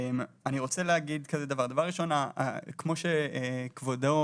דבר ראשון, כמו שכבודו